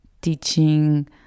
teaching